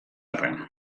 arren